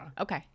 okay